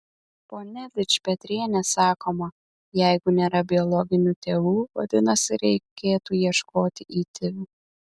pone dičpetriene sakoma jeigu nėra biologinių tėvų vadinasi reikėtų ieškoti įtėvių